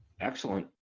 Excellent